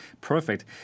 Perfect